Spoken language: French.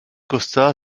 costa